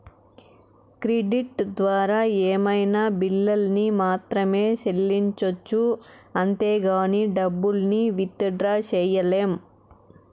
credit ద్వారా ఏమైనా బిల్లుల్ని మాత్రమే సెల్లించొచ్చు అంతేగానీ డబ్బుల్ని విత్ డ్రా సెయ్యలేం